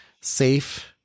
safe